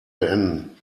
beenden